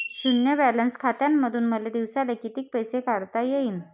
शुन्य बॅलन्स खात्यामंधून मले दिवसाले कितीक पैसे काढता येईन?